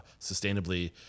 sustainably